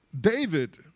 David